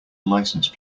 license